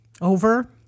Over